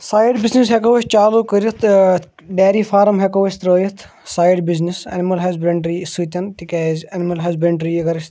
side business ہیٚکو أسۍ چالو کٔرتھ تہٕ ڈیری فارَم ہیٚکو أسۍ ترٛٲیِتھ سایِڈ بِزنٮ۪س ایٚنمٕل ہَسبَنٛڈری سۭتۍ تِکیازِ ایٚنمٕل ہَسبَنٛڈری اَگَر أسۍ